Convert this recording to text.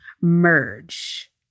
merge